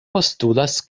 postulas